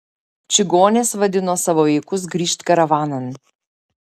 čigonės vadino savo vaikus grįžt karavanan